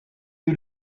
you